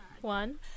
One